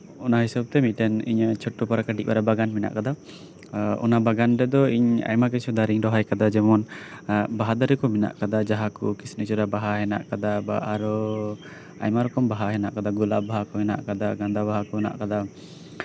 ᱚᱱᱟ ᱦᱤᱥᱟᱹᱵ ᱛᱮ ᱢᱤᱫ ᱴᱮᱱ ᱤᱧᱟᱜ ᱪᱳᱴᱴᱳ ᱯᱟᱨᱟ ᱠᱟᱹᱴᱤᱡ ᱯᱟᱨᱟ ᱤᱧᱟᱹᱜ ᱵᱟᱜᱟᱱ ᱢᱮᱱᱟᱜ ᱟᱠᱟᱫᱟ ᱟᱨ ᱚᱱᱟ ᱵᱟᱜᱟᱱ ᱨᱮᱫᱚ ᱤᱧ ᱟᱭᱢᱟ ᱠᱤᱪᱷᱩ ᱫᱟᱨᱮᱧ ᱨᱚᱦᱚᱭ ᱟᱠᱟᱫᱟ ᱡᱮᱢᱚᱱ ᱵᱟᱦᱟ ᱫᱟᱨᱮ ᱠᱚ ᱢᱮᱱᱟᱜ ᱟᱠᱟᱫᱟ ᱡᱟᱦᱟᱸ ᱠᱚ ᱠᱩᱥᱱᱤ ᱪᱟᱨᱟ ᱵᱟᱦᱟ ᱢᱮᱱᱟᱜ ᱟᱠᱟᱫᱟ ᱵᱟ ᱟᱨᱦᱚᱸ ᱟᱭᱢᱟ ᱨᱚᱠᱚᱢ ᱵᱟᱦᱟ ᱢᱮᱱᱟᱜ ᱟᱠᱟᱫᱟ ᱜᱳᱞᱟᱯ ᱵᱟᱦᱟ ᱠᱚ ᱢᱮᱱᱟᱜ ᱟᱠᱟᱫᱟ ᱜᱟᱸᱫᱟ ᱵᱟᱦᱟ ᱠᱚ ᱢᱮᱱᱟᱜ ᱟᱠᱟᱫᱟ